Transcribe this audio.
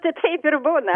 tai taip ir būna